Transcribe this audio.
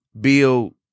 build